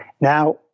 now